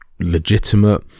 legitimate